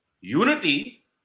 Unity